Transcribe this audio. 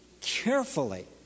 carefully